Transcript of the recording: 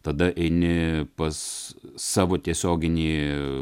tada eini pas savo tiesioginį